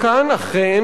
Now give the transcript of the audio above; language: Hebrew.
כמו שאמר,